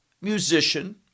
musician